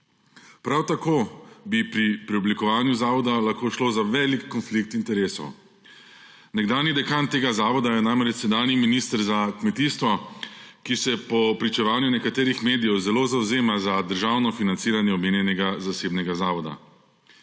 Prav tako bi pri preoblikovanju zavoda lahko šlo za velik konflikt interesov. Nekdanji dekan tega zavoda je namreč sedanji minister za kmetijstvo, ki se po pričevanju nekaterih medijev zelo zavzema za državno financiranje omenjenega zasebnega zavoda.